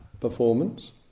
performance